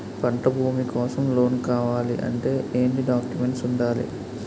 పంట భూమి కోసం లోన్ కావాలి అంటే ఏంటి డాక్యుమెంట్స్ ఉండాలి?